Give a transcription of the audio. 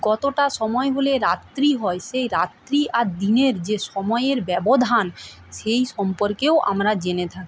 কতোটা সময় হলে রাত্রি হয় সেই রাত্রি আর দিনের যে সময়ের ব্যবধান সেই সম্পর্কেও আমরা জেনে থাকি